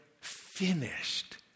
finished